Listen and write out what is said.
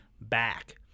back